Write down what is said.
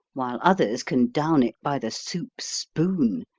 while others can down it by the soup spoon,